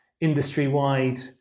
industry-wide